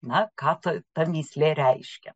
na ką ta ta rnyslė reiškia